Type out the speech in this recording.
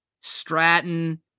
stratton